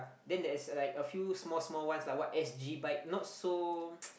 then there's like a few small small ones lah what s_g bikes not so